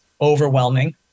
overwhelming